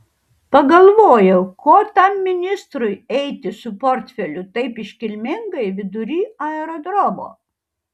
pagalvojau ko tam ministrui eiti su portfeliu taip iškilmingai vidury aerodromo